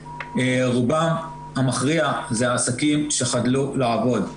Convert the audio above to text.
רובם המכריע זה עסקים שחדלו לעבוד,